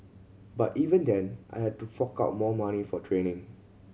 but even then I had to fork out more money for training